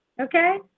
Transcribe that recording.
Okay